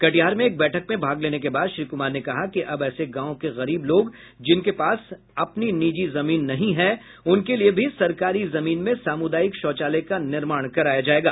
कटिहार में एक बैठक में भाग लेने के बाद श्री कुमार ने कहा कि अब ऐसे गांव के गरीब लोग जिनके पास अपनी निजी जमीन नहीं है उनके लिए भी सरकारी जमीन में सामुदायिक शौचालय का निर्माण कराया जाएगा